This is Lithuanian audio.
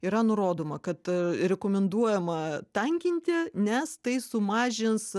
yra nurodoma kad rekomenduojama tankinti nes tai sumažins